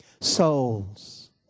Souls